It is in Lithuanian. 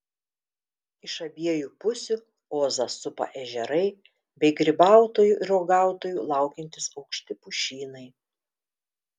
iš abiejų pusių ozą supa ežerai bei grybautojų ir uogautojų laukiantys aukšti pušynai